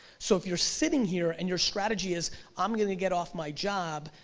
so if you're sitting here and your strategy is i'm gonna get off my job,